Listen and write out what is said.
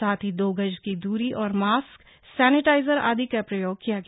साथ ही दो गज की दूरी मास्क और सैनिटाइजर आदि का भी प्रयोग किया गया